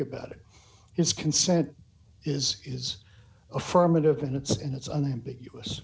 about it his consent is is affirmative and it's and it's an ambiguous